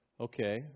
Okay